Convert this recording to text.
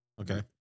Okay